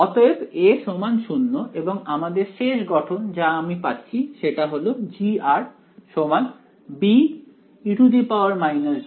অতএব a0 এবং আমাদের শেষ গঠন যা আমি পাচ্ছি সেটা হল G be jkrr